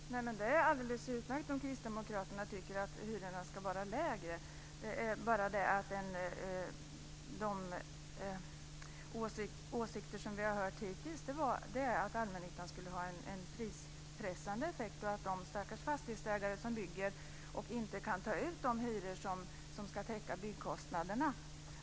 Fru talman! Det är alldeles utmärkt att Kristdemokraterna tycker att hyrorna ska vara lägre. Det är bara det att de åsikter som vi har hört hittills är att allmännyttan skulle ha en prispressande effekt och att de stackars fastighetsägare som bygger inte kan ta ut de hyror som skulle täcka byggkostnaderna.